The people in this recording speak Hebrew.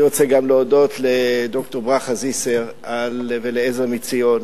אני רוצה גם להודות לד"ר ברכה זיסר ול"עזר מציון",